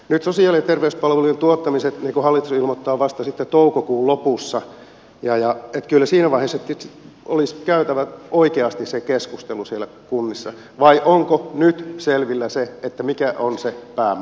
nyt sosiaali terveys palvelujen tuottamisen hallitus ilmoittaa vasta sitten toukokuun lopussa ja jacki tylsiä vai sepit olisi käytävä oikeasti se keskustelu siellä kunnissa vai onko nyt selvillä se että mikä on se että on